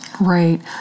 Right